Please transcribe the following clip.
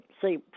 see